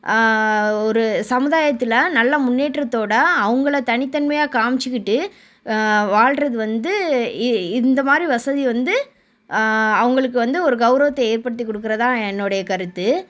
ஒரு சமுதாயத்தில் நல்ல முன்னேற்றத்தோடு அவங்கள தனித்தன்மையாக காம்மிச்சிக்கிட்டு வாழ்றது வந்து இந்த மாதிரி வசதி வந்து அவங்களுக்கு வந்து ஒரு கௌரவத்தை ஏற்படுத்தி கொடுக்குறதான் என்னுடைய கருத்து